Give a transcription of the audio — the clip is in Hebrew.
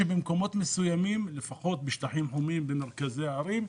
מסוימים, לפחות בשטחים חומים במרכזי הערים,